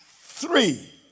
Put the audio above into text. three